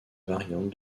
variantes